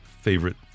favorite